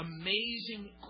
amazing